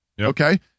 Okay